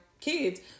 kids